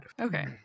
okay